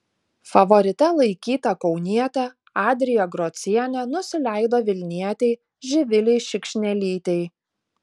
favorite laikyta kaunietė adrija grocienė nusileido vilnietei živilei šikšnelytei